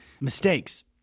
mistakes